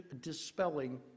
dispelling